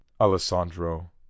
Alessandro